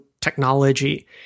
technology